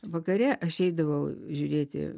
vakare aš eidavau žiūrėti